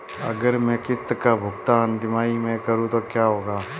अगर मैं किश्त का भुगतान तिमाही में करूं तो क्या होगा?